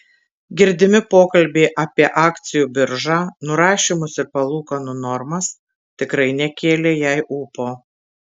girdimi pokalbiai apie akcijų biržą nurašymus ir palūkanų normas tikrai nekėlė jai ūpo